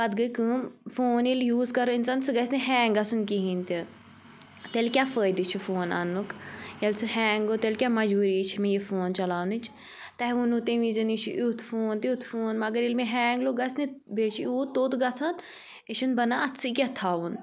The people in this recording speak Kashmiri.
پَتہٕ گٔے کٲم فون ییٚلہِ یوٗز کَرو اِنسان سُہ گَژھِ نہٕ ہینٛگ گژھُن کِہیٖنٛۍ تہِ تیٚلہِ کیٛاہ فٲیدٕ چھُ فون اَننُک ییٚلہِ سُہ ہینٛگ گوٚو تیٚلہِ کیٛاہ مَجبوٗری چھےٚ مےٚ یہِ فون چَلاونٕچ تۄہہِ ووٚنوٕ تَمہِ وِزِ یہِ چھُ یُتھ فون تٮُ۪تھ فون مگر ییٚلہِ مےٚ ہینٛگ لوٚگ گژھنہِ بیٚیہِ چھُ یوٗت توٚت گژھان یہِ چھُ نہٕ بَنان اَتھسٕے کٮ۪تھ تھاوُن